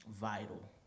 vital